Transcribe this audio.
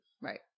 Right